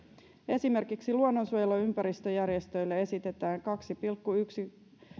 esimerkiksi luonnonsuojelu ja ympäristöjärjestöille esitetään kaksi pilkku yksi